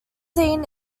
dean